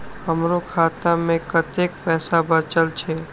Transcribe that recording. हमरो खाता में कतेक पैसा बचल छे?